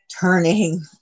Turning